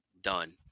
done